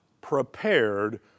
prepared